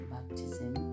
Baptism